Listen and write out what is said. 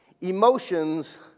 emotions